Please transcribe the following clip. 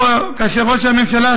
או כאשר ראש הממשלה,